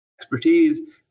expertise